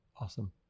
Awesome